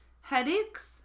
headaches